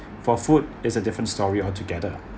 for food is a different story altogether